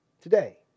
today